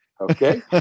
okay